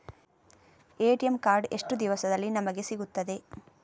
ATM card ಎಷ್ಟು ದಿವಸದಲ್ಲಿ ನಮಗೆ ಸಿಗುತ್ತದೆ?